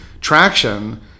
traction